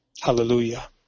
Hallelujah